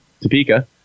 Topeka